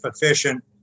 efficient